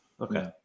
Okay